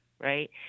right